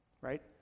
right